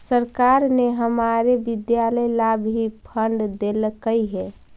सरकार ने हमारे विद्यालय ला भी फण्ड देलकइ हे